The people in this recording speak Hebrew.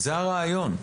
זה הרעיון.